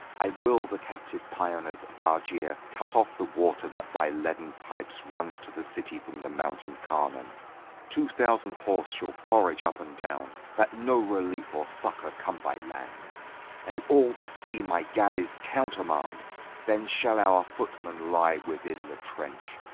i will the captive pioners of argier cut off the water that by leaden pipes runs to the city from the mountain carnon two thousand horse shall forage up and down, that no relief or succour come by land and all the sea my galleys countermand then shall our footmen lie within the trench,